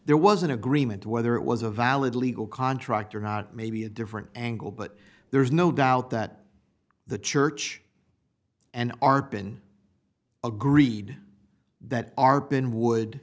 there was an agreement whether it was a valid legal contract or not maybe a different angle but there is no doubt that the church and our been agreed that our been would